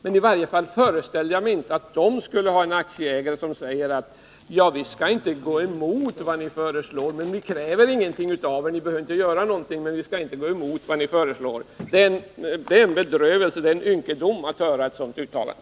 Men i varje fall föreställer jag mig inte att de skall ha en aktieägare som säger: ”Vi skall inte gå emot vad ni föreslår, men vi kräver ingenting av er. Ni behöver inte göra någonting.” Det är en bedrövelse att behöva höra ett sådant uttalande.